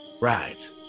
Right